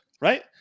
right